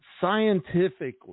Scientifically